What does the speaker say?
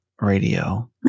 radio